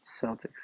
Celtics